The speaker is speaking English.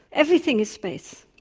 everything is space.